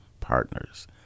partners